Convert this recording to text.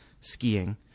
skiing